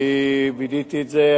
אני וידאתי את זה,